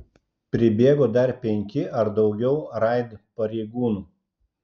pribėgo dar penki ar daugiau raid pareigūnų